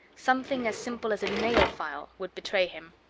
something as simple as a nail file, would betray him.